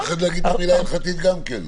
לא צריך לפחד להגיד את המילה הלכתית גם כן.